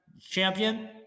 champion